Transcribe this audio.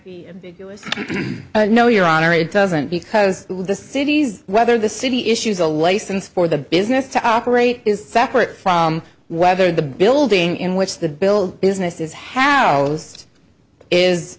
be no your honor it doesn't because this cities whether the city issues a license for the business to operate is separate from whether the building in which the build business is ho